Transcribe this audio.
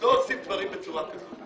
לא עושים דברים בצורה כזאת,